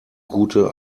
gute